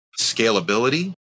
scalability